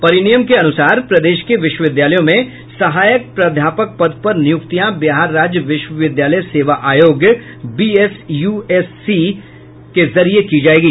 परिनियम के अनुसार प्रदेश के विश्वविद्यालयों में सहायक प्राध्यापक पद पर नियुक्तियां बिहार राज्य विश्वविद्यालय सेवा आयोग बीएसयूएससी के जरिए की जाएगी